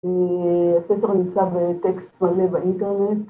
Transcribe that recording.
הספר נמצא ‫טקסט מלא באינטרנט.